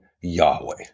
Yahweh